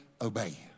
obey